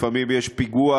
לפעמים יש פיגוע,